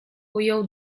ujął